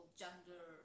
gender